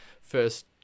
first